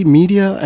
media